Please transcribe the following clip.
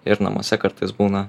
ir namuose kartais būna